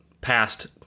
past